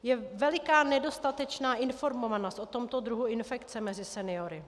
Je veliká nedostatečná informovanost o tomto druhu infekce mezi seniory.